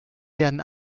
werden